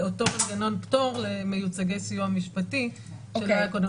אותו מנגנון פטור למיוצגי סיוע משפטי שלא היה קודם.